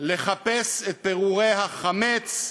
לחפש את פירורי החמץ,